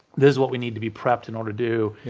this is what we need to be prepped in order to do,